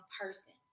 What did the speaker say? person